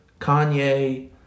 Kanye